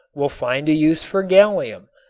will find a use for gallium,